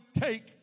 take